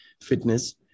fitness